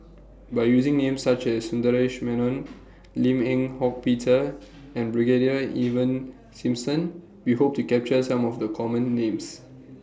By using Names such as Sundaresh Menon Lim Eng Hock Peter and Brigadier Ivan Simson We Hope to capture Some of The Common Names